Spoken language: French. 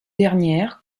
dernière